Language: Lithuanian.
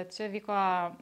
čia vyko